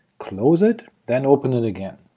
close it, then open it again.